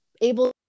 able